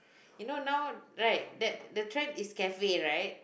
you know now right that the trend is cafe right